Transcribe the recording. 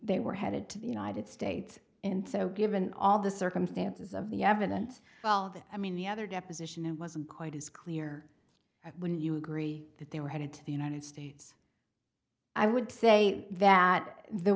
they were headed to the united states and so given all the circumstances of the evidence well that i mean the other deposition and wasn't quite as clear when you agree that they were headed to the united states i would say that the